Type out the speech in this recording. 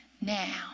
Now